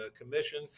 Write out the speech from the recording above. Commission